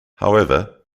however